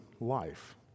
life